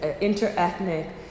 inter-ethnic